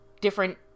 Different